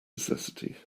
necessity